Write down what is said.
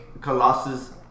Colossus